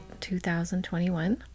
2021